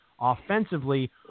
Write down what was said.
offensively